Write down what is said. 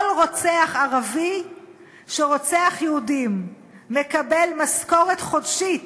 כל רוצח ערבי שרוצח יהודים מקבל משכורת חודשית,